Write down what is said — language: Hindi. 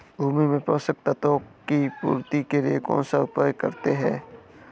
भूमि में पोषक तत्वों की पूर्ति के लिए कौनसा उपाय करते हैं?